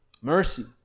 mercy